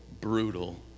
brutal